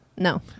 no